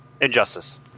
Injustice